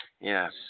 yes